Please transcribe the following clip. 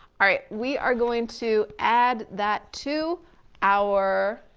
all right, we are going to add that to our,